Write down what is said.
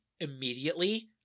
immediately